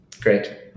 Great